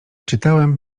czytałem